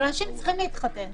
אבל אנשים צריכים להתחתן.